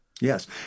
Yes